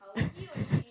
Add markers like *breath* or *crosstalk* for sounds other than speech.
*breath*